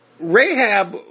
Rahab